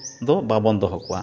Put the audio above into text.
ᱫᱚ ᱵᱟᱵᱚᱱ ᱫᱚᱦᱚ ᱠᱚᱣᱟ